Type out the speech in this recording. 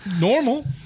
normal